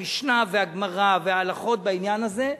המשנה והגמרא וההלכות בעניין הזה,